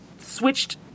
switched